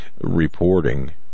reporting